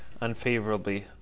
unfavorably